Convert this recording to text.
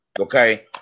okay